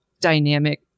dynamic